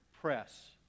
press